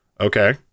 Okay